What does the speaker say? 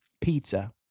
Pizza